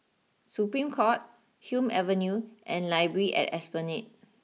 Supreme court Hume Avenue and library at Esplanade